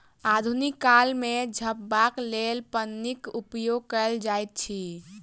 आधुनिक काल मे झपबाक लेल पन्नीक उपयोग कयल जाइत अछि